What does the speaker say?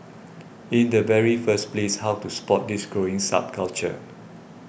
in the very first place how to spot this growing subculture